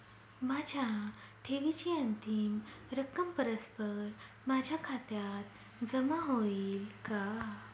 माझ्या ठेवीची अंतिम रक्कम परस्पर माझ्या खात्यात जमा होईल का?